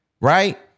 right